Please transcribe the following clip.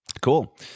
Cool